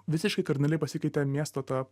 visiškai kardinaliai pasikeitė miesto ta